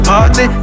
Party